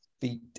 feet